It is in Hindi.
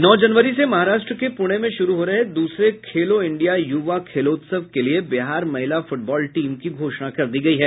नौ जनवरी से महाराष्ट्र के पुणे में शुरू हो रहे दूसरे खेलों इंडिया युवा खेलोत्सव के लिए बिहार महिला फुटबॉल टीम की घोषणा कर दी गयी है